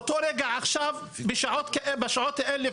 באותו רגע עכשיו בשעות האלה,